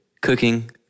cooking